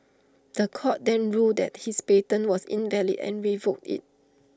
The Court then ruled that his patent was invalid and revoked IT